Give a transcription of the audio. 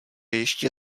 ještě